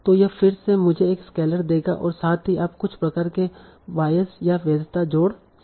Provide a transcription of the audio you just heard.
तो यह फिर से मुझे एक स्केलर देगा और साथ ही आप कुछ प्रकार के बायस या वैधता जोड़ सकते हैं